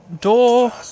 door